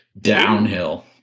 downhill